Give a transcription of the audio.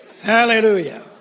Hallelujah